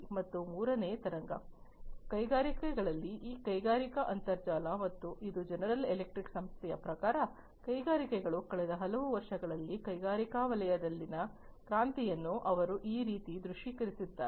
ಮತ್ತು ಮೂರನೇ ತರಂಗ ಕೈಗಾರಿಕೆಗಳಲ್ಲಿ ಈ ಕೈಗಾರಿಕಾ ಅಂತರ್ಜಾಲ ಮತ್ತು ಇದು ಜನರಲ್ ಎಲೆಕ್ಟ್ರಿಕ್ ಸಂಸ್ಥೆಯ ಪ್ರಕಾರ ಕೈಗಾರಿಕೆಗಳು ಕಳೆದ ಹಲವು ವರ್ಷಗಳಲ್ಲಿ ಕೈಗಾರಿಕಾ ವಲಯದಲ್ಲಿನ ಕ್ರಾಂತಿಯನ್ನು ಅವರು ಈ ರೀತಿ ದೃಶ್ಯೀಕರಿಸಿದ್ದಾರೆ